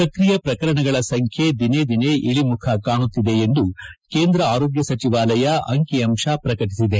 ಸಕ್ರಿಯ ಪ್ರಕರಣಗಳ ಸಂಖ್ಯೆ ದಿನೇದಿನೆ ಇಳಿಮುಖ ಕಾಣುತ್ತಿದೆ ಎಂದು ಕೇಂದ್ರ ಆರೋಗ್ಯ ಸಚಿವಾಲಯ ಅಂಕಿ ಅಂಶ ಪ್ರಕಟಿಸಿದೆ